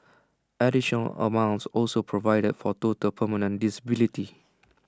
additional amounts also provided for total permanent disability